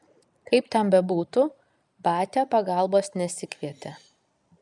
kaip ten bebūtų batia pagalbos nesikvietė